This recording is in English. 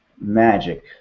magic